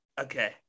okay